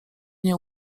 nie